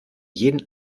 jeden